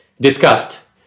discussed